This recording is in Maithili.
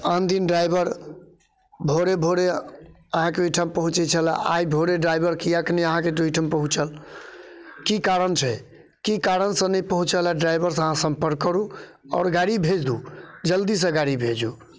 आन दिन ड्राइवर भोरे भोरे अहाँके ओइठाम पहुँचै छलऽ आइ भोरे ड्राइवर किएक नहि अहाँके ओइठाम पहुँचल की कारण छै की कारणसँ नहि पहुँचल ड्राइवरसँ अहाँ सम्पर्क करू आओर गाड़ी भेजू जल्दीसँ गाड़ी भेजू